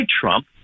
Trump